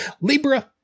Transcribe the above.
Libra